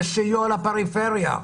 בסיוע לפריפריה.